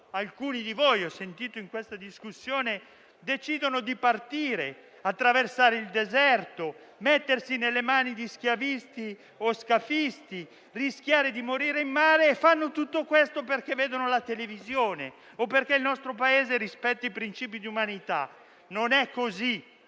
alcuni di voi, come ho sentito in questa discussione, decidono di partire, attraversare il deserto, mettersi nelle mani di schiavisti o scafisti e rischiano di morire in mare fanno tutto questo perché vedono la televisione o perché il nostro Paese rispetta i principi di umanità. Non è così